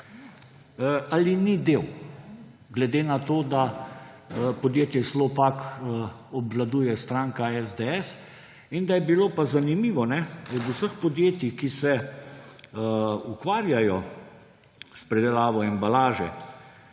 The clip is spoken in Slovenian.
ali ni del? Glede na to, da podjetje Slopak obvladuje stranka SDS in da je bilo, zanimivo, od vseh podjetij, ki se ukvarjajo s predelavo embalaže,